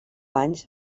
anys